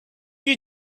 you